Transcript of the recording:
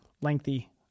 lengthy